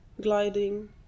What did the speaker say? gliding